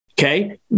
Okay